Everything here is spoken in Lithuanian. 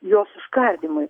jos užkardymui